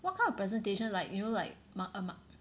what kind of presentation like you know like ma~